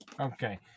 Okay